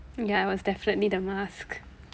ya it was definitely the mask